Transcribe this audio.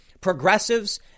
Progressives